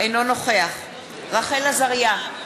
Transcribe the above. אינו נוכח רחל עזריה,